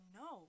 no